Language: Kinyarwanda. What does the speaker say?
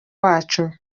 wacu